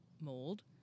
mold